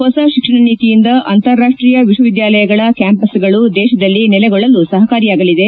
ಹೊಸ ಶಿಕ್ಷಣ ನೀತಿಯಿಂದ ಅಂತಾರಾಷ್ಷೀಯ ವಿಶ್ವವಿದ್ಯಾಲಯಗಳ ಕ್ಯಾಂಪಸ್ಗಳು ದೇಶದಲ್ಲಿ ನೆಲೆಗೊಳ್ಳಲು ಸಹಕಾರಿಯಾಗಲಿದೆ